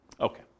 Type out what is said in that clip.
Okay